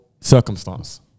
circumstance